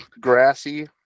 grassy